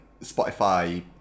Spotify